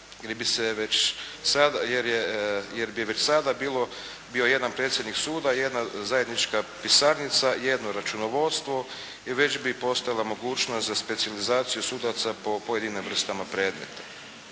jer već bi sada bilo jedan predsjednik suda, jedna zajednička pisarnica, jedno računovodstvo i već bi postojala mogućnost za specijalizaciju sudaca po pojedinim vrstama predmeta.